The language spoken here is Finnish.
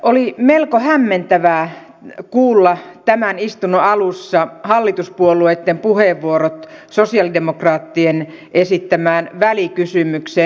oli melko hämmentävää kuulla tämän istunnon alussa hallituspuolueitten puheenvuorot sosialidemokraattien esittämään välikysymykseen